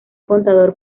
contador